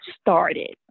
started